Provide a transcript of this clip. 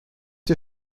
ihr